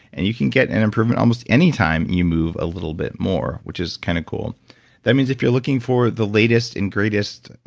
and you can get an improvement almost anytime you move a little bit more, which is kind of cool that means if you're looking for the latest and greatest,